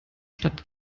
stadt